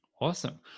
awesome